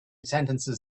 sentences